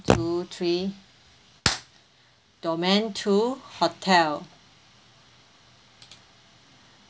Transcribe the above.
two three domain to hotel